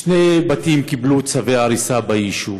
שני בתים קיבלו צווי הריסה ביישוב,